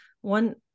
one